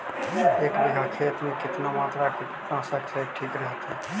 एक बीघा खेत में कितना मात्रा कीटनाशक के ठिक रहतय?